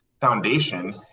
foundation